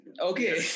Okay